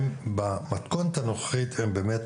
במתכונת הנוכחית הם באמת